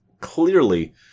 clearly